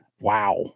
Wow